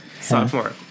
sophomore